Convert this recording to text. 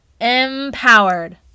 empowered